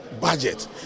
budget